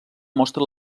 mostra